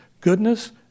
goodness